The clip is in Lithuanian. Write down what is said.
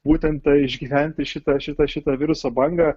būtent tai išgyventi šitą šitą šitą viruso bangą